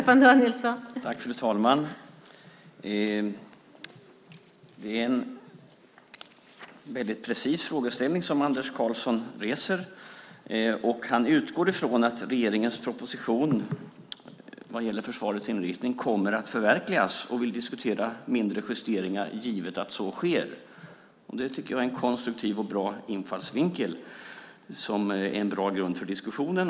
Fru talman! Det är en mycket precis frågeställning som Anders Karlsson reser. Han utgår från att regeringens proposition vad gäller försvarets inriktning kommer att förverkligas och vill diskutera mindre justeringar, givet att så sker. Det tycker jag är en konstruktiv och bra infallsvinkel som är en bra grund för diskussionen.